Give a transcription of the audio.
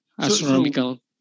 astronomical